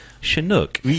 Chinook